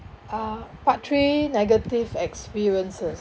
uh part three negative experiences